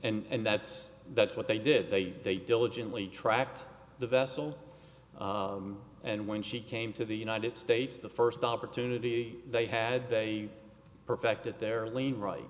and that's that's what they did they they diligently tracked the vessel and when she came to the united states the first opportunity they had they perfected their only right